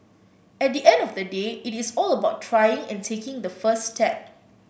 at the end of the day it is all about trying and taking the first step